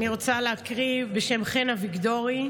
אני רוצה להקריא בשם חן אביגדורי: